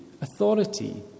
authority